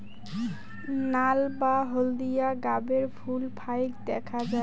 নাল বা হলদিয়া গাবের ফুল ফাইক দ্যাখ্যা যায়